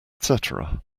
cetera